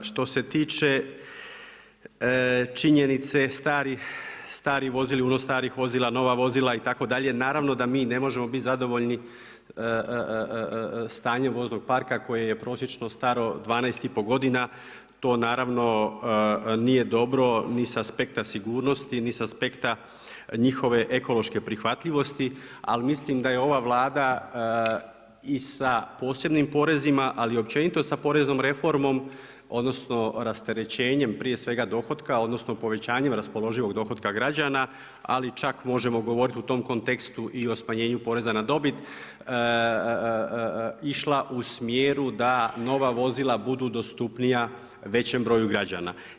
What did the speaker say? Što se tiče činjenice … vozila, nova vozila itd. naravno da mi ne možemo biti zadovoljni stanjem voznog parka koje je prosječno staro 12,5 godina, to naravno nije dobro ni sa aspekta sigurnosti, ni sa aspekta njihove ekološke prihvatljivosti, ali mislim da je ova Vlada i sa posebnim porezima, ali općenito sa poreznom reformom odnosno rasterećenjem prije svega dohotka odnosno povećanjem raspoloživog dohotka građana, ali čak možemo govoriti u tom kontekstu i o smanjenju poreza na dobit išla u smjeru da nova vozila budu dostupnija većem broju građana.